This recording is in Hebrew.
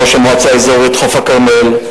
ראש המועצה האזורית חוף-הכרמל,